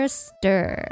stir